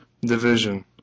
division